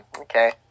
Okay